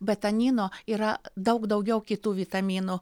betanino yra daug daugiau kitų vitaminų